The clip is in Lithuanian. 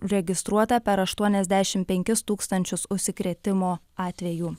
registruota per aštuoniasdešimt penkis tūkstančius užsikrėtimo atvejų